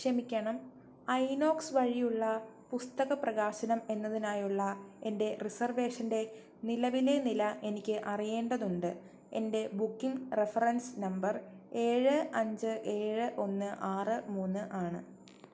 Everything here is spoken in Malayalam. ക്ഷമിക്കണം ഐനോക്സ് വഴിയുള്ള പുസ്തക പ്രകാശനം എന്നതിനായുള്ള എൻ്റെ റിസർവേഷൻ്റെ നിലവിലെ നില എനിക്ക് അറിയേണ്ടതുണ്ട് എൻ്റെ ബുക്കിംഗ് റഫറൻസ് നമ്പർ ഏഴ് അഞ്ച് ഏഴ് ഒന്ന് ആറ് മൂന്ന് ആണ്